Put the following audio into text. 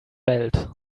belt